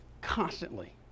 constantly